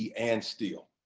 anne steele.